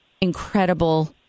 incredible